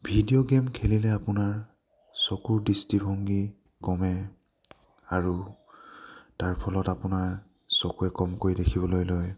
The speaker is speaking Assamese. ভিডিঅ' গেম খেলিলে আপোনাৰ চকুৰ দৃষ্টিভংগী কমে আৰু তাৰ ফলত আপোনাৰ চকুৱে কমকৈ দেখিবলৈ লয়